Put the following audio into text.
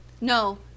No